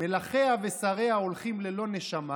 מלכיה ושריה הולכים ללא נשמה.